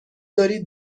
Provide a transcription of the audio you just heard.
دارید